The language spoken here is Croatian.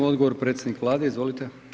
Odgovor predsjednik Vlade, izvolite.